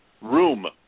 room